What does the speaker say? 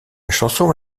chanson